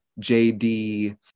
JD